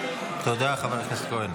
תודה, חבר הכנסת כהן.